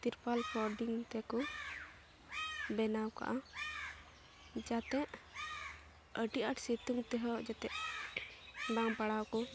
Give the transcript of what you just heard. ᱛᱨᱤᱯᱟᱞ ᱯᱚᱨᱰᱤᱝ ᱛᱮᱠᱚ ᱵᱮᱱᱟᱣ ᱠᱟᱜᱼᱟ ᱡᱟᱛᱮ ᱟᱹᱰᱤ ᱟᱴ ᱥᱤᱛᱩᱝ ᱛᱮᱦᱚᱸ ᱡᱟᱛᱮ ᱵᱟᱝ ᱯᱟᱲᱟᱣ ᱠᱚ